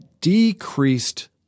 decreased